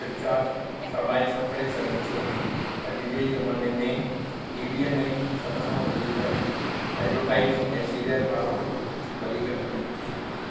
प्रचार सवलाई सां करे सघनि थियूं अॼु जे ज़माने में टीवीअ में सभु खां वधीक एडवरटाइज़ ऐं सीरिअल वारो वधीक कमाइनि था